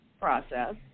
process